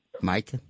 Mike